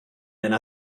yna